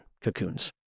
cocoons